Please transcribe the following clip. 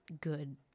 good